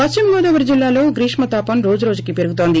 పశ్చిమగోదావరి జిల్లాలో గ్రీష్మ తాపం రోజు రోజుకి పెరుగుతోంది